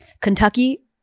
Kentucky